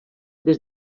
des